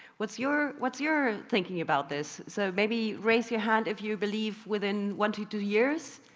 what's your, what's your thinking about this? so maybe raise your hand if you believe within one to two years?